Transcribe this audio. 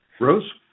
rose